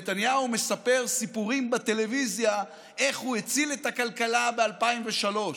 נתניהו מספר סיפורים בטלוויזיה איך הוא הציל את הכלכלה ב-2003.